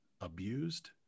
abused